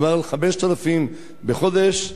מדובר על 5,000 בחודש,